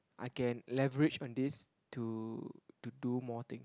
I can leverage on this to to do more things